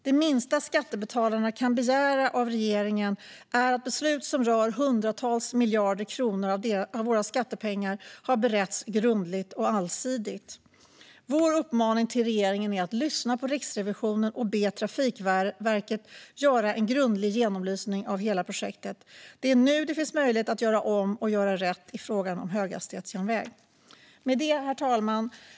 Det minsta skattebetalarna kan begära av regeringen är att beslut som rör hundratals miljarder kronor av våra skattepengar har beretts grundligt och allsidigt. Vår uppmaning till regeringen är att lyssna på Riksrevisionen och att be Trafikverket göra en grundlig genomlysning av hela projektet. Det är nu det finns möjlighet att göra om och göra rätt i frågan om höghastighetsjärnväg. Herr talman!